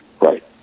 Right